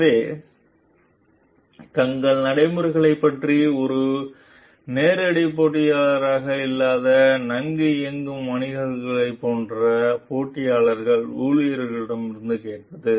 எனவே தங்கள் நடைமுறைகளைப் பற்றி ஒரு நேரடி போட்டியாளராக இல்லாத நன்கு இயங்கும் வணிகங்களைப் போன்ற போட்டியாளர் ஊழியர்களிடம் கேட்பது